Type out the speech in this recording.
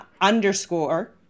underscore